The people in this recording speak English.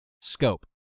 Scope